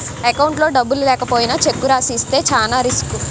అకౌంట్లో డబ్బులు లేకపోయినా చెక్కు రాసి ఇస్తే చానా రిసుకు